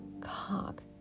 cock